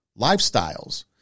lifestyles